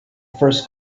first